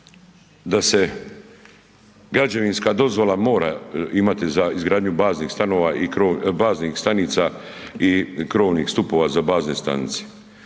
da se građevinska dozvola mora imati za izgradnju baznih stanova i krovova, baznih stanica